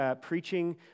preaching